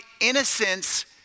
innocence